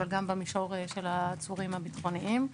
אבל גם במישור של העצורים הביטחוניים.